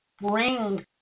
Bring